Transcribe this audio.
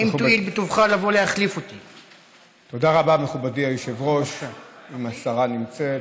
גם השרה נמצאת.